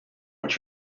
what